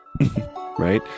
right